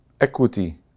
equity